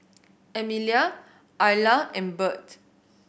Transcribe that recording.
Emilia Ayla and Birt